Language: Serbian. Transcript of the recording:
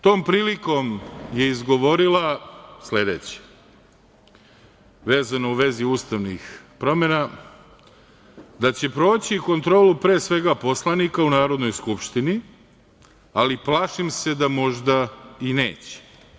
Tom prilikom je izgovorila sledeće vezano u vezi ustavnih promena, da će proći kontrolu pre svega poslanika u Narodnoj skupštini, ali plašim se da možda i neće.